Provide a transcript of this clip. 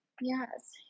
Yes